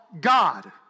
God